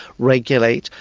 regulate,